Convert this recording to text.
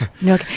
No